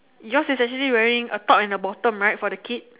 yours is actually a top and a bottom right for the kid